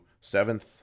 seventh